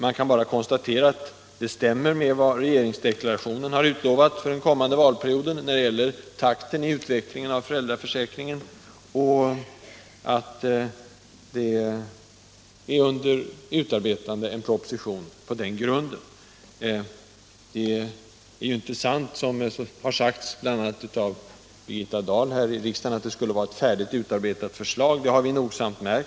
Man kan bara konstatera att det stämmer med vad regeringsdeklarationen har utlovat för den kommande valperioden, när det gäller takten i utvecklingen av föräldraförsäkringen, och att en proposition på den grunden är under utarbetande. Det är inte sant, som bl.a. Birgitta Dahl har sagt här i riksdagen, att det skulle finnas ett färdigutarbetat förslag från socialdemokraterna.